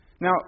Now